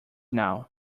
now